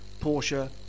Porsche